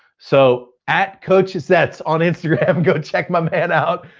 so, at coaches that's on instagram, go check my man out.